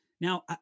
Now